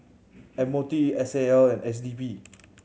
M O T S A L and S D P